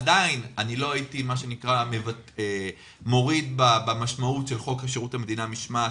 עדיין לא הייתי מוריד במשמעות של חוק שירות המדינה (משמעת),